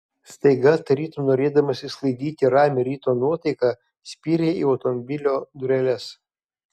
staiga tarytum norėdamas išsklaidyti ramią ryto nuotaiką spyrė į automobilio dureles